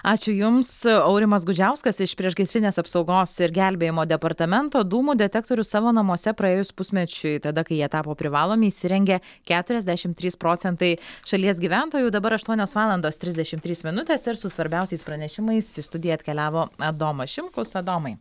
ačiū jums aurimas gudžiauskas iš priešgaisrinės apsaugos ir gelbėjimo departamento dūmų detektorius savo namuose praėjus pusmečiui tada kai jie tapo privalomi įsirengė keturiasdešimt trys procentai šalies gyventojų dabar aštuonios valandos trisdešimt trys minutės ir su svarbiausiais pranešimais į studiją atkeliavo adomas šimkus adomai